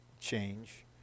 change